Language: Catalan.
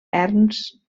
erms